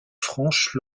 franche